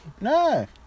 No